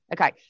Okay